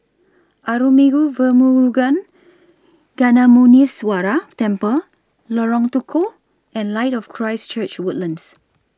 Arulmigu Velmurugan Gnanamuneeswarar Temple Lorong Tukol and Light of Christ Church Woodlands